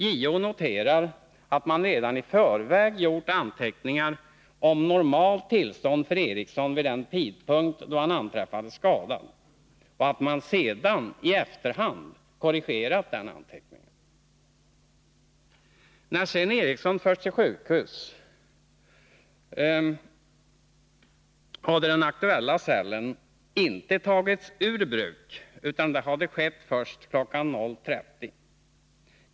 JO noterar att man redan i förväg gjort anteckningar om att Eriksson befunnit sig i normalt tillstånd vid den tidpunkt då han anträffades skadad och att man sedan i efterhand korrigerat anteckningen. Sedan Eriksson förts till sjukhus, hade den aktuella cellen inte tagits ur bruk. Det hade skett först kl. 00.30.